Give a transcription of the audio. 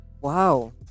wow